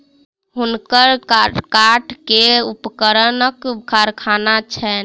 हुनकर काठ के उपकरणक कारखाना छैन